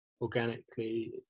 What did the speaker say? organically